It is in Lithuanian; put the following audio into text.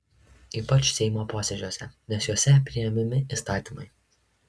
ypač seimo posėdžiuose nes juose priimami įstatymai